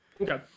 Okay